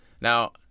Now